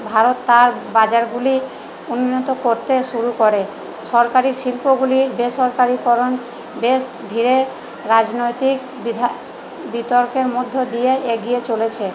ভারত তার বাজারগুলি উন্নত করতে শুরু করে সরকারি শিল্পগুলির বেসরকারিকরণ বেশ ধীরে রাজনৈতিক বিতর্কের মধ্য দিয়ে এগিয়ে চলেছে